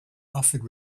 offered